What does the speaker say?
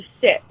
sit